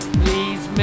please